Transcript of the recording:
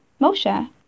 Moshe